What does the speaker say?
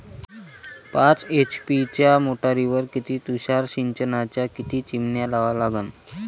पाच एच.पी च्या मोटारीवर किती तुषार सिंचनाच्या किती चिमन्या लावा लागन?